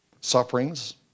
sufferings